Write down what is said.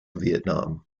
vietnam